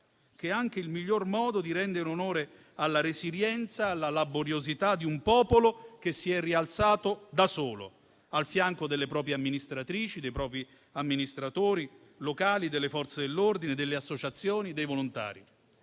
è anche il miglior modo di rendere onore alla resilienza e alla laboriosità di un popolo che si è rialzato da solo, al fianco delle proprie amministratrici, dei propri amministratori locali, delle Forze dell'ordine, delle associazioni dei volontari.